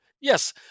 Yes